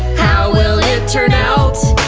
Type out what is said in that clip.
will it turn out?